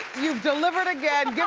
you've delivered again,